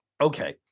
Okay